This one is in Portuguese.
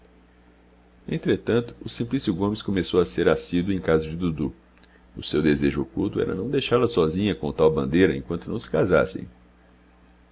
entretanto o simplício gomes começou a ser assíduo em casa de dudu o seu desejo oculto era não deixá-la sozinha com o tal bandeira enquanto não se casassem